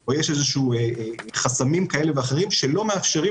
או יש חסמים כאלה ואחרים שלא מאפשרים